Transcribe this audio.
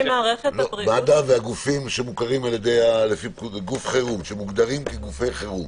מד"א והגופים שמוכרים כגופי חירום.